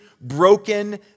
broken